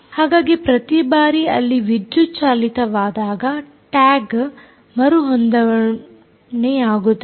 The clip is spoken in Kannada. ಹಾಗಾಗಿ ಪ್ರತಿ ಬಾರಿ ಅಲ್ಲಿ ವಿದ್ಯುತ್ ಚಾಲಿತವಾದಾಗ ಟ್ಯಾಗ್ ಮರುಹೊಂದಣೆಯಾಗುತ್ತದೆ